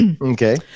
okay